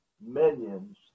minions